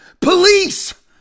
police